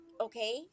okay